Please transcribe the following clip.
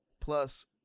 Plus